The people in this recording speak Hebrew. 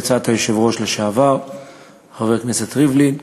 עצת היושב-ראש לשעבר חבר הכנסת ריבלין.